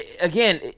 Again